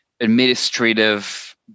administrative